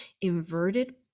inverted